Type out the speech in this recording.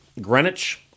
Greenwich